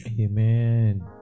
Amen